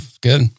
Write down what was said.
Good